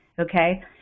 okay